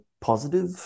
positive